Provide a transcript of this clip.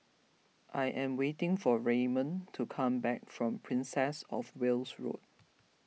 I am waiting for Raymond to come back from Princess of Wales Road